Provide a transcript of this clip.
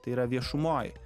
tai yra viešumoj